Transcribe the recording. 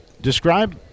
describe